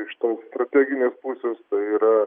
iš tos strateginės pusės tai yra